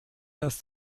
dass